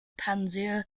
panzer